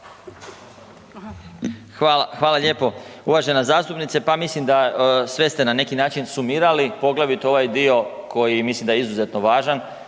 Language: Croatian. Hvala lijepo. Uvažena zastupnice. Pa mislim da sve ste na neki način sumirali, poglavito ovaj dio koji mislim da je izuzetno važan,